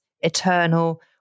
eternal